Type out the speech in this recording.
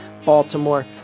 Baltimore